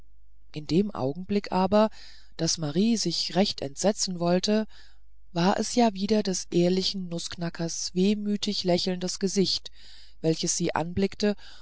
in dem augenblick aber daß marie sich recht entsetzen wollte war es ja wieder des ehrlichen nußknackers wehmütig lächelndes gesicht welches sie anblickte